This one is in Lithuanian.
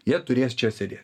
jie turės čia sėdėt